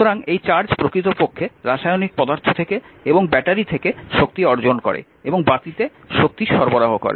সুতরাং এই চার্জ প্রকৃতপক্ষে রাসায়নিক পদার্থ থেকে এবং ব্যাটারি থেকে শক্তি অর্জন করে এবং বাতিতে শক্তি সরবরাহ করে